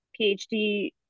PhD